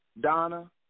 Donna